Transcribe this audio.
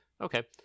Okay